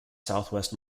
southwest